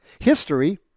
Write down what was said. History